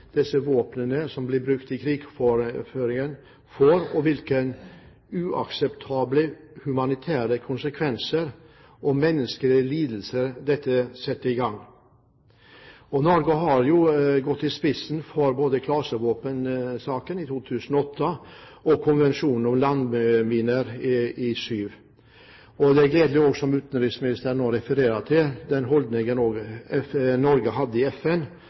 våpnene som blir brukt i krigføringen, får, og hvilke uakseptable humanitære konsekvenser og menneskelige lidelser som disse setter i gang. Norge gikk i spissen for både klasevåpensaken i 2008 og konvensjonen om landminer i 2007. Det er gledelig det som utenriksministeren nå refererer til, holdningen som Norge hadde i FN